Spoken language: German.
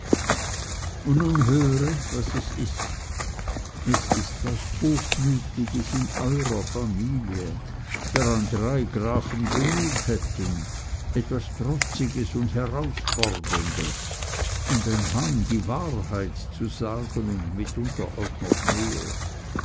und nun höre was es ist es ist was hochmütiges in eurer familie daran drei grafen genug hätten etwas trotziges und herausforderndes und ein hang die wahrheit zu sagen und mitunter auch noch mehr